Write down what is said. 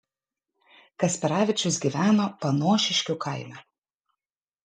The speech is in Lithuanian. kasperavičius gyveno panošiškių kaime